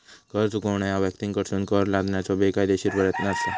कर चुकवणा ह्या व्यक्तींकडसून कर लादण्याचो बेकायदेशीर प्रयत्न असा